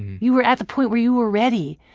you were at the point where you were ready.